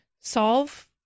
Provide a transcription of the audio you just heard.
solve